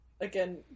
again